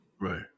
Right